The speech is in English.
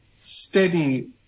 steady